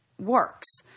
works